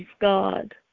God